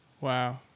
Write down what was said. wow